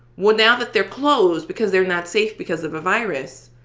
well, now that they're closed because they're not safe because of a virus,